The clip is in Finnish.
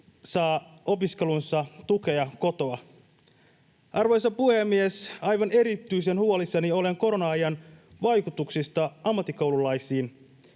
saa opiskeluunsa tukea kotoa. Arvoisa puhemies! Aivan erityisen huolissani olen korona-ajan vaikutuksista ammattikoululaisiin.